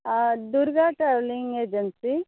आं Durga travelling agency